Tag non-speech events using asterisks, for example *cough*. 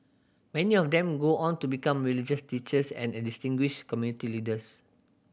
many of them go on to become religious teachers and *unintelligible* distinguished community leaders